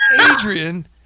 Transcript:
Adrian